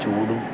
ചൂട്